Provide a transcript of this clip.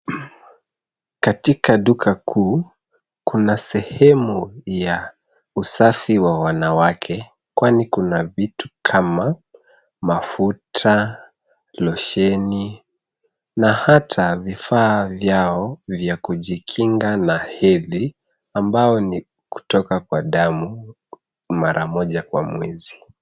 Katika duka kuu, kuna sehemu ya usafi wa wanawake kwani kuna vitu kama mafuta, losheni na hata vifaa vyao vya kujikinga na hedhi ambao ni kutoka kwa damu mara moja kwa mwezi.